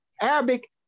Arabic